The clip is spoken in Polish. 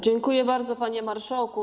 Dziękuję bardzo, panie marszałku.